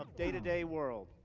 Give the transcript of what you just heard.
um day-to-day world.